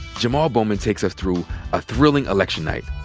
jamaal bowman takes us through a thrilling election night.